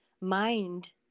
mind